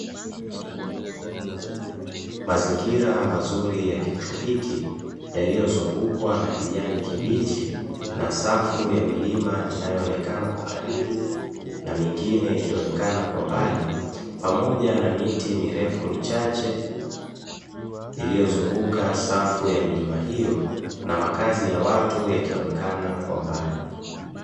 Mazingira mazuri ya kitropiki yaliyozungukwa na kijani kibichi na safu ya milima inayoonekana kwa karibu, na mingine ikionekaba kwa mbali pamoja na miti mirefu michache iliyozunguka safu ya milima hiyo na makazi ya watu yakionekana kwa mbali.